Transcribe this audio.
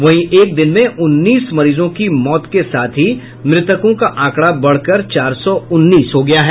वहीं एक दिन में उन्नीस मरीजों की मौत के साथ ही मृतकों का आंकड़ा बढ़कर चार सौ उन्नीस हो गया है